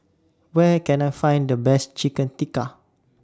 Where Can I Find The Best Chicken Tikka